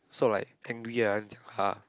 sort like angry ah